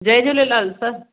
Jay Jhulelal sir